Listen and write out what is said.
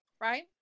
right